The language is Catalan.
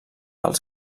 els